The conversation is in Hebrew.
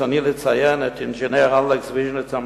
ברצוני לציין את אינג'ינר אלכס ויז'ניצר,